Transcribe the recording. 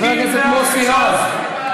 חבר הכנסת מוסי רז,